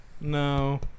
no